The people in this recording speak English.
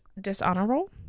dishonorable